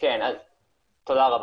תודה רבה.